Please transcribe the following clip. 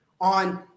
on